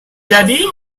jadi